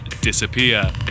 disappear